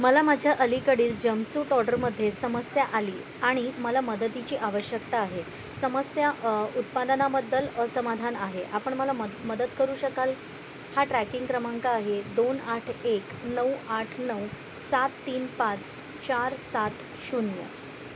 मला माझ्या अलीकडील जंपसूट ऑर्डरमध्ये समस्या आली आणि मला मदतीची आवश्यकता आहे समस्या उत्पादनाबद्दल असमाधान आहे आपण मला मदत मदत करू शकाल हा ट्रॅकिंग क्रमांक आहे दोन आठ एक नऊ आठ नऊ सात तीन पाच चार सात शून्य